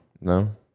No